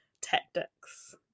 Tactics